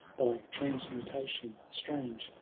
by transmutation strange,